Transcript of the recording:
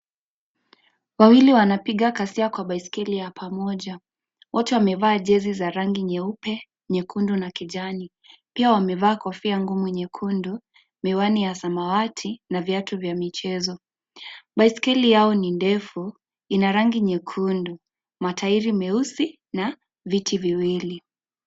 Wawili wanapiga kazi yao kwa baiskeli ya pamoja wote wamevaa jezi za rangi nyeupe, nyekundu na kijani pia wamevaa kofia ngumu nyekundu miwani ya samawati na viatu vya michezo baiskeli yao ni ndefu ina rangi nyekundu matairi meusi na viti viwili.